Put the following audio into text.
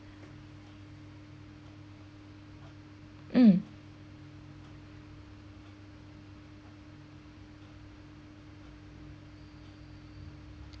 um